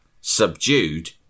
subdued